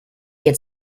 get